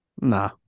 Nah